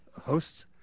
Hosts